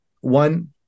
one